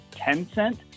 Tencent